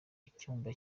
icyumba